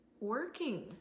working